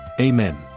Amen